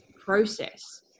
process